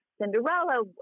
Cinderella